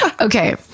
okay